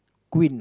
queen